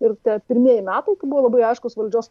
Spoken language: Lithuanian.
ir tie pirmieji metai buvo labai aiškus valdžios